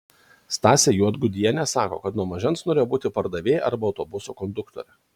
stasė juodgudienė sako kad nuo mažens norėjo būti pardavėja arba autobuso konduktore